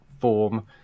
form